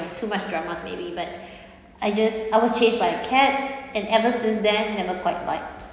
too much dramas maybe but I just I was chased by a cat and ever since then never quite like